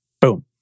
boom